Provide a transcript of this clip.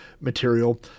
material